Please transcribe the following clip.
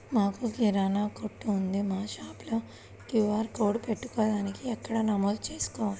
మాకు కిరాణా కొట్టు ఉంది మా షాప్లో క్యూ.ఆర్ కోడ్ పెట్టడానికి ఎక్కడ నమోదు చేసుకోవాలీ?